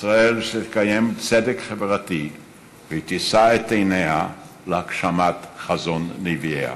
ישראל שתקיים צדק חברתי ותישא את עיניה להגשמת חזון נביאיה,